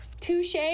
touche